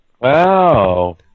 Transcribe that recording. Wow